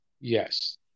Yes